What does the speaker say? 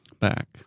back